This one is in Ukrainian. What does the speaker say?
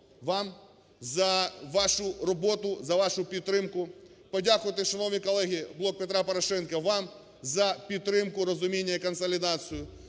вам за вашу роботу, за вашу підтримку, подякувати, шановні колеги, "Блоку Петра Порошенка" вам за підтримку, розуміння і консолідацію,